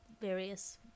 various